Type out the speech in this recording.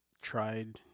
tried